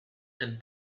and